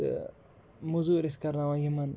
تہٕ مٔزوٗرۍ ٲسۍ کَرناوان یِمَن